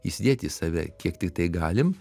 įsidėti į save kiek tik tai galim